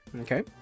Okay